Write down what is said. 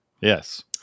Yes